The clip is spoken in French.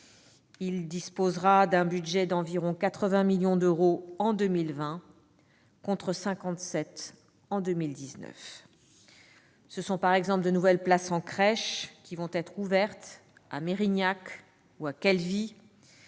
Il disposera d'un budget d'environ 80 millions d'euros en 2020, contre 57 millions d'euros en 2019. Ce sont par exemple de nouvelles places en crèches qui seront ouvertes à Mérignac ou à Calvi.